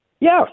Yes